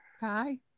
Hi